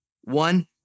one